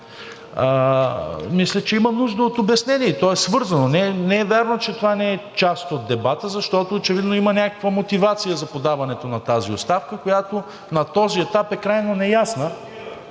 мисля, че има нужда от обяснение и то е свързано. Не е вярно, че това не е част от дебата, защото очевидно има някаква мотивация за подаването на тази оставка, която на този етап е крайно неясна.